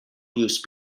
use